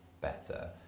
better